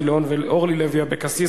אילן גילאון ואורלי לוי אבקסיס.